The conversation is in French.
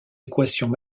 équations